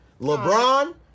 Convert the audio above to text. LeBron